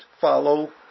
follow